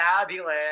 fabulous